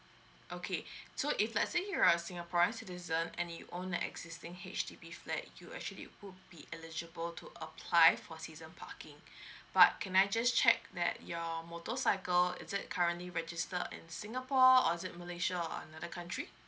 okay so if let's say you are a singaporean citizen and you own a existing H_D_B flat you actually would be eligible to apply for season parking but can I just check that your motorcycle is it currently registered in singapore or is it malaysia or another country